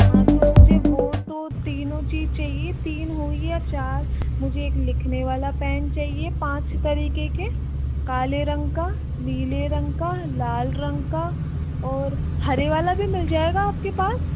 हाँ तो वह तो मुझे तीनों चीज़ चाहिए तीन हो या चार मुझे एक मुझे लिखने वाला पेन चाहिए पाँच तरीके के काले रंग का नीले रंग का लाल रंग का और हरे वाला भी मिल जाएगा आपके पास